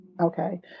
Okay